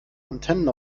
antennen